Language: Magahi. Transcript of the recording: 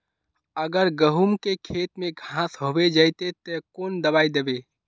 अगर गहुम के खेत में घांस होबे जयते ते कौन दबाई दबे?